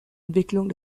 entwicklung